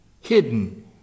hidden